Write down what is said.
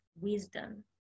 Wisdom